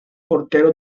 portero